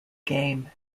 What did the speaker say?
game